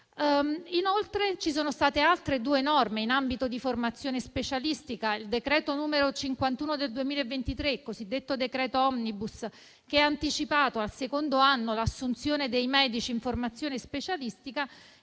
a ciò, ci sono state altre due norme in ambito di formazione specialistica: il decreto-legge n. 51 del 2023, il cosiddetto decreto *omnibus*, che ha anticipato al secondo anno l'assunzione dei medici in formazione specialistica,